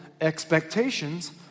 expectations